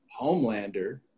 homelander